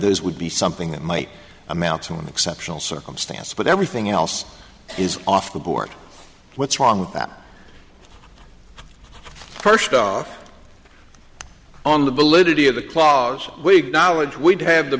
those would be something that might amount to an exceptional circumstance but everything else is off the board what's wrong with that person on the validity of the clause wig knowledge we'd have the